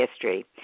history